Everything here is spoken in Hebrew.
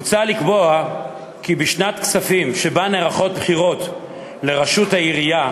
מוצע לקבוע כי בשנת כספים שבה נערכות בחירות לראשות העירייה